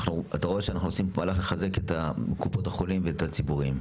אתה רואה שאנחנו עושים פה מהלך לחזק את קופות החולים ואת הציבוריים,